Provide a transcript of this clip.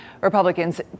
Republicans